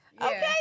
Okay